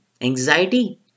anxiety